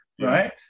right